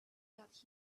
that